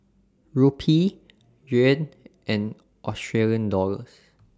Rupee Yuan and Australian Dollars